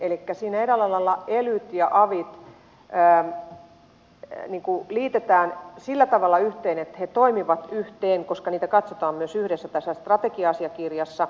elikkä siinä eräällä lailla elyt ja avit liitetään sillä tavalla yhteen että he toimivat yhteen koska niitä katsotaan myös yhdessä tässä strategia asiakirjassa